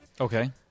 Okay